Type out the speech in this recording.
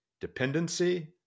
Dependency